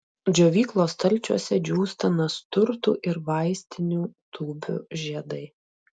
džiovyklos stalčiuose džiūsta nasturtų ir vaistinių tūbių žiedai